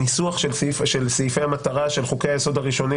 הניסוח של סעיפי המטרה של חוקי-היסוד הראשונים